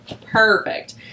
perfect